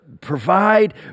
provide